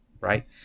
right